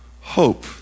hope